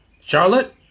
Charlotte